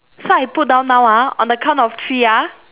so I put down now ah on the count of three ah